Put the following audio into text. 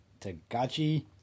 Tagachi